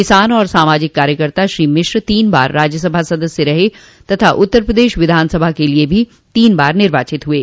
किसान और सामाजिक कार्यकर्ता श्री मिश्र तीन बार राज्यसभा सदस्य रहे तथा उत्तर प्रदेश विधानसभा के लिये भी तीन बार निर्वाचित हुये